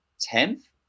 tenth